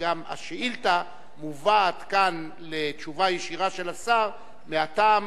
וגם השאילתא מובאת כאן לתשובה ישירה של השר מהטעם,